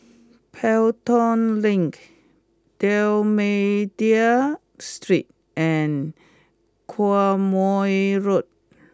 Pelton Link D'almeida Street and Quemoy Road